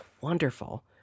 wonderful